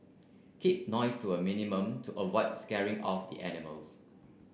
keep noise to a minimum to avoid scaring off the animals